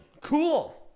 cool